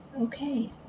Okay